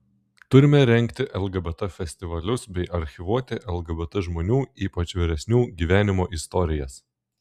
turime rengti lgbt festivalius bei archyvuoti lgbt žmonių ypač vyresnių gyvenimo istorijas